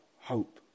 hope